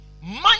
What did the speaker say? Money